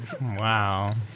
Wow